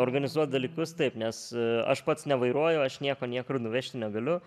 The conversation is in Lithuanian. organizuot dalykus taip nes aš pats nevairuoju aš nieko niekur nuvežti negaliu